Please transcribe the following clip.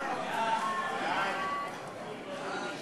סעיפים 1